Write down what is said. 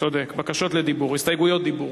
צודק, בקשות לדיבור, הסתייגויות דיבור.